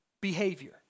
behavior